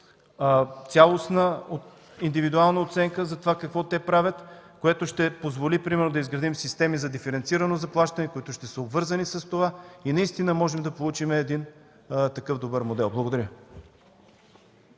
цялостна, индивидуална оценка за това какво те правят, което ще позволи примерно да изградим системи за диференцирано заплащане и те ще са обвързани с това. Тогава наистина можем да получим един такъв добър модел. Благодаря.